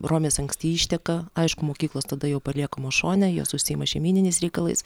romės anksti išteka aišku mokyklos tada jau paliekamos šone jos užsiima šeimyniniais reikalais